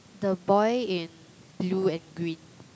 the boy in blue and green